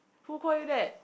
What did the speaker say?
who call you that